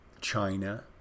China